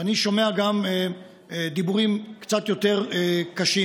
ואני שומע גם דיבורים קצת יותר קשים